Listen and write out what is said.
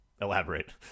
Elaborate